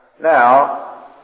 Now